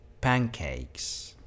pancakes